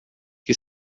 que